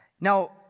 Now